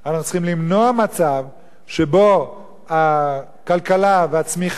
אנחנו צריכים למנוע מצב שבו הכלכלה והצמיחה